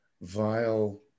vile